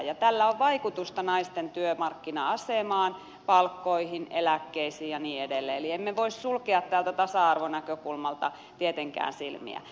ja tällä on vaikutusta naisten työmarkkina asemaan palkkoihin eläkkeisiin ja niin edelleen eli emme voi sulkea tältä tasa arvonäkökulmalta tietenkään silmiä